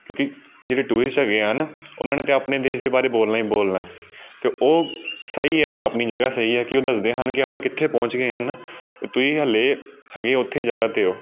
ਕਿਉਂਕਿ ਜਿਹੜੇ ਟੂਰਿਸਟ ਹੈਗੇ ਹਨ ਉਹਨਾਂ ਨੇ ਤਾਂ ਆਪਣੇ ਦੇਸ਼ ਦੇ ਬਾਰੇ ਬੋਲਣਾ ਹੀ ਬੋਲਣਾ ਅਤੇ ਉਹ ਸਹੀ ਹੈ ਆਪਣੀ ਜਗ੍ਹਾ ਸਹੀ ਹੈ ਕਿ ਉਹ ਦੱਸਦੇ ਹਨ ਕਿ ਆਪਾਂ ਕਿੱਥੇ ਪਹੁੰਚ ਗਏ ਹਨ ਤੁਸੀਂ ਹਾਲੇ ਹੈਗੇ ਉੱਥੇ ਜਗ੍ਹਾ 'ਤੇ ਹੋ